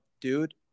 dude